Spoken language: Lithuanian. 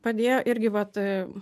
padėjo irgi vat